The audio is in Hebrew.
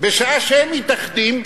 בשעה שהם מתאחדים,